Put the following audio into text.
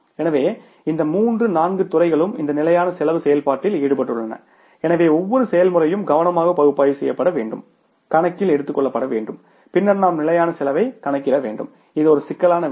எனவே இந்த மூன்று நான்கு துறைகளும் இந்த நிலையான செலவுச் செயல்பாட்டில் ஈடுபட்டுள்ளன எனவே ஒவ்வொரு செயல்முறையும் கவனமாக பகுப்பாய்வு செய்யப்பட வேண்டும் கணக்கில் எடுத்துக்கொள்ளப்பட வேண்டும் பின்னர் நாம் நிலையான செலவைக் கணக்கிட வேண்டும் இது ஒரு சிக்கலான வேலை